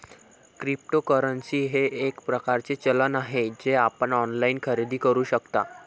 cryptocurrency हे एक प्रकारचे चलन आहे जे आपण ऑनलाइन खरेदी करू शकता